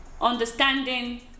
understanding